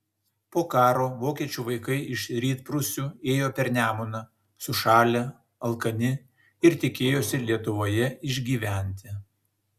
po karo vokiečių vaikai iš rytprūsių ėjo per nemuną sušalę alkani ir tikėjosi lietuvoje išgyventi